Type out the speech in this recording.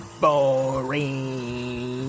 Boring